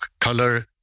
color